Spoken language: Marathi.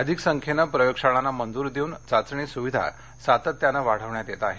अधिक संख्येनं प्रयोगशाळांना मंजूरी देऊन चाचणी सुविधा सातत्याने वाढवण्यात येत आहे